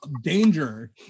danger